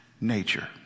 nature